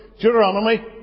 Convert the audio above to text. Deuteronomy